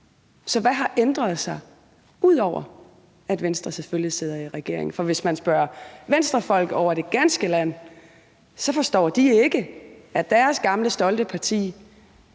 Så hvad har ændret sig, ud over at Venstre selvfølgelig sidder i regering? Hvis vi spørger Venstrefolk over det ganske land, forstår de ikke, at deres gamle, stolte parti